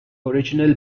original